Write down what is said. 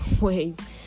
ways